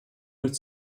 mit